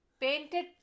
painted